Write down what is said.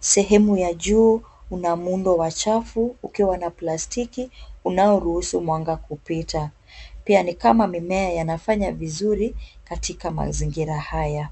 Sehemu ya juu una muundo wa chafu ukiwa na plastiki unaoruhusu mwanga kupita. Pia ni kama mimea yanafanya vizuri katika mazingira haya.